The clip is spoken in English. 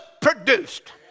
produced